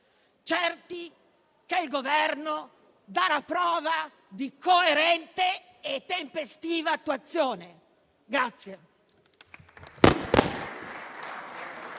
certi che il Governo darà prova di coerente e tempestiva attuazione.